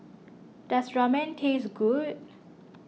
does Ramen taste good